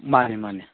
ꯃꯥꯅꯤ ꯃꯥꯅꯤ